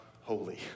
holy